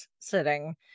sitting